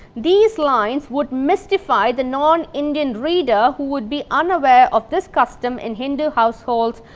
these lines would mystify the non-indian reader who would be unaware of this custom in hindu households,